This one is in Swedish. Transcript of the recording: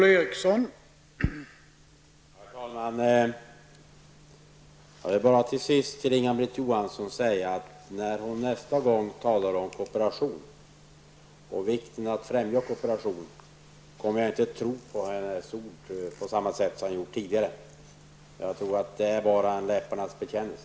Herr talman! Jag vill bara till sist säga till Inga-Britt Johansson att när hon nästa gång talar om kooperation och vikten av att främja kooperation kommer jag inte att tro på hennes ord på samma sätt som jag har gjort tidigare. Jag kommer att tro att det bara är en läpparnas bekännelse.